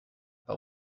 but